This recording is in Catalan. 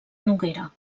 noguera